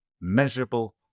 measurable